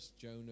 Jonah